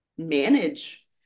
manage